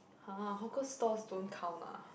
!huh! hawker stores don't count ah